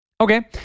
Okay